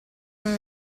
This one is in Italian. non